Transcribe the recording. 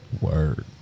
Word